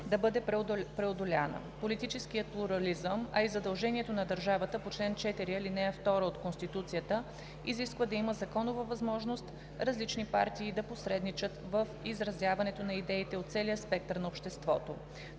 да бъде преодоляна. Политическият плурализъм, а и задължението на държавата по чл. 4, ал. 2 от Конституцията, изисква да има законова възможност различни партии да посредничат в изразяването на идеите от целия спектър на обществото.